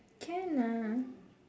can ah